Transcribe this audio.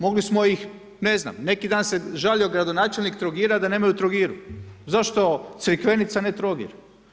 Mogli smo ih, ne znam, neki dan se žalio gradonačelnik Trogira, da nemaju u Trogiru, zašto Crikvenica a ne Trogir.